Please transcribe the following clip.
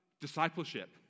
discipleship